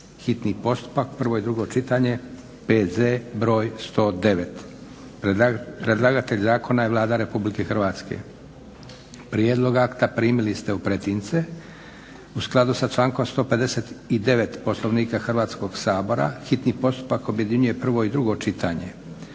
hitni postupak, prvo i drugo čitanje, PZ br. 109 Predlagatelj zakona je Vlada Republike Hrvatske. Prijedlog akta primili ste u pretince. U skladu sa člankom 159. Poslovnika Hrvatskog sabora hitni postupak objedinjuje prvo i drugo čitanje.